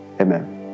Amen